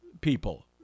people